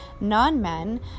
non-men